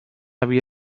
havia